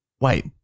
Wait